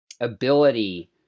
ability